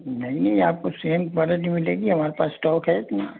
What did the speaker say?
नहीं आपको same quality मिलेगी हमारे पास स्टॉक है इतना